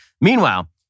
Meanwhile